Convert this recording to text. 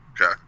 Okay